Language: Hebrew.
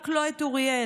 רק לא את אוריאל,